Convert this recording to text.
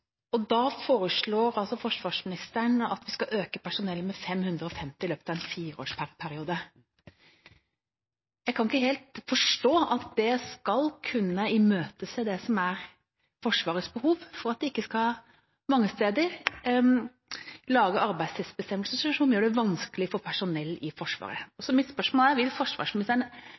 Da foreslår altså forsvarsministeren at man skal øke personellet med 550 i løpet av en fireårsperiode. Jeg kan ikke helt forstå at det skal kunne imøtese Forsvarets behov for at man ikke mange steder skal lage arbeidstidsbestemmelser som gjør det vanskelig for personell i Forsvaret. Mitt spørsmål er: Vil forsvarsministeren